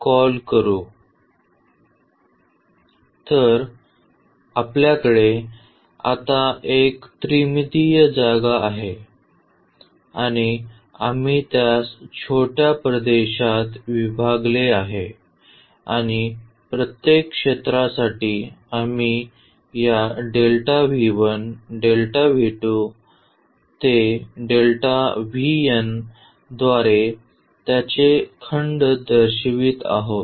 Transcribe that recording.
तर आपल्याकडे आता एक त्रिमितीय जागा आहे आणि आम्ही त्यास छोट्या प्रदेशात विभागले आहे आणि प्रत्येक क्षेत्रासाठी आम्ही या द्वारे त्याचे खंड दर्शवित आहोत